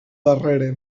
darrere